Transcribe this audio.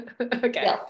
Okay